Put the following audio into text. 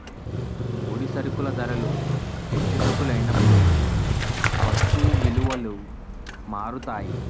ముడి సరుకుల ధరలు హెచ్చు తగ్గులైనప్పుడు వస్తువు విలువలు మారుతాయి